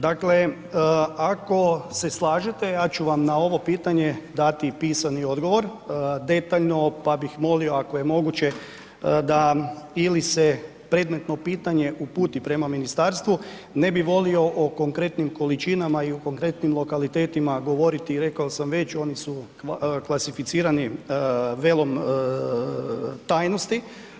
Dakle, ako se slažete, ja ću vam na ovo pitanje dati pisani odgovor detaljno pa bih molio ako je moguće da ili se predmetno pitanje uputi prema ministarstvu, ne bi volio o konkretnim količinama i o konkretnim lokaliteta govoriti, rekao sam već, oni su klasificirani velom tajnosti.